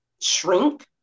shrink